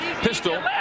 Pistol